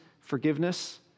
forgiveness